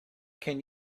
can